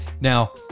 Now